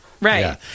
Right